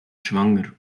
schwanger